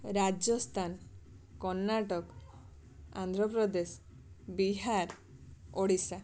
Rajasthan Karnataka Andhra Pradesh Bihar Odisha